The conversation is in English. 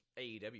AEW